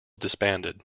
disbanded